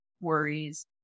worries